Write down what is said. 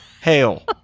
hail